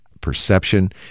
perception